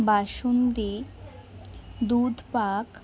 basundi দুধপাক